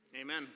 Amen